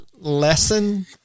lesson